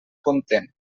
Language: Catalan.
content